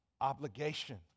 obligation